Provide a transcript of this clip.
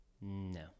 No